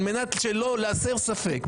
על מנת להסיר ספק,